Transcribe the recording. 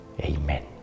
Amen